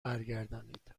برگردانید